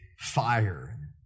fire